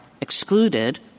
excluded